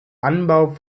anbau